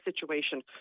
situation